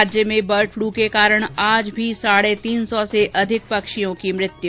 राज्य में bird flu के कारण आज भी साढे तीन सौ से अधिक पक्षियों की मृत्यु